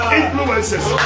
influences